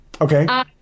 Okay